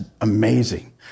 amazing